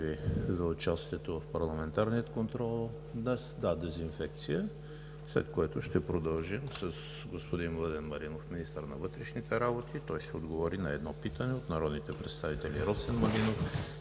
за участието в парламентарния контрол днес. Продължаваме с господин Младен Маринов – министър на вътрешните работи. Той ще отговори на едно питане от народните представители Росен Малинов